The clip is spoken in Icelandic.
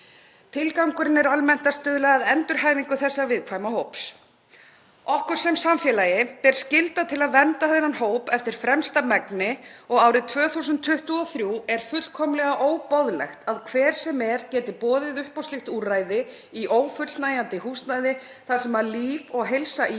Tilgangurinn er almennt að stuðla að endurhæfingu þessa viðkvæma hóps. Okkur sem samfélagi ber skylda til að vernda þennan hóp eftir fremsta megni og árið 2023 er fullkomlega óboðlegt að hver sem er geti boðið upp á slíkt úrræði í ófullnægjandi húsnæði þar sem líf og heilsa íbúa